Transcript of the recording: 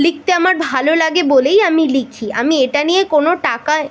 লিখতে আমার ভালো আগে বলেই আমি লিখি আমি এটা নিয়ে কোনো টাকা